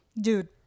dude